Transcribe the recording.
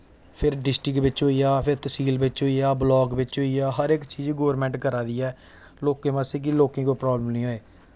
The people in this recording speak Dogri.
फिर डिस्ट्रिक्ट बिच होइया फिर तसील बिच होइया ब्लॉक बिच होइया हर इक चीज गौरमेंट करा दी ऐ लोकें बास्तै कि लोकें गी कोई प्रॉब्लम निं होऐ